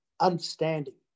understanding